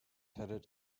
headed